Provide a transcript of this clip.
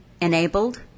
enabled